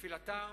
תפילתם